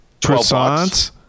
croissants